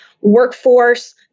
Workforce